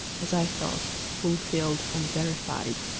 as i thought, fulfilled and verified.